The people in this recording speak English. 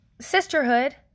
sisterhood